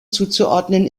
zuzuordnen